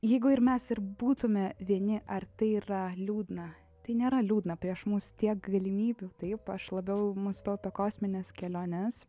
jeigu ir mes ir būtume vieni ar tai yra liūdna tai nėra liūdna prieš mus tiek galimybių taip aš labiau mąstau apie kosmines keliones